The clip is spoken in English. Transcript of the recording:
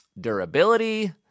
durability